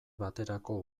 baterako